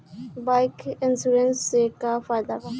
Bike insurance से का फायदा बा?